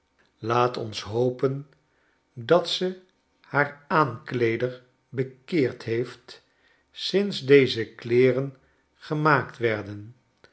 laat ons hopen dat ze haar aankleeder bekeerd heeft sinds deze kleeren gemaakt werden